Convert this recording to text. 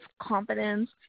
confidence